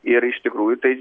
ir iš tikrųjų tai